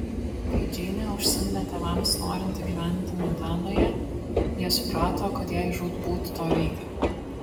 kai džeinė užsiminė tėvams norinti gyventi montanoje jie suprato kad jai žūtbūt to reikia